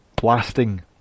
blasting